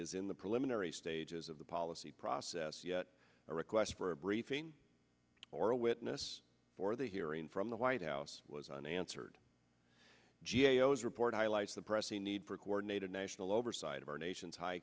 is in the preliminary stages of the policy process yet a request for a briefing or a witness for the hearing from the white house was unanswered geos report highlights the pressing need for coordinated national oversight of our nation's high